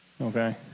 Okay